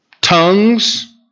Tongues